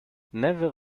never